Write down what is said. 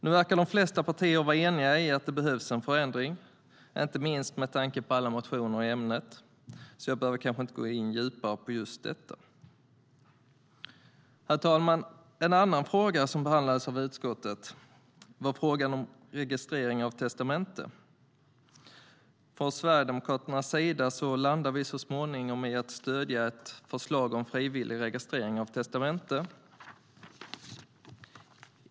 Nu verkar de flesta partier vara eniga i att det behövs en förändring, inte minst med tanke på alla motioner i ämnet, så jag behöver kanske inte gå in djupare på just detta. Herr talman! En annan fråga som behandlades av utskottet var frågan om registrering av testamente. Vi sverigedemokrater landade så småningom i att stödja ett förslag om frivillig registrering av testamente.